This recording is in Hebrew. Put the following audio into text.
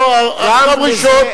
יום ראשון,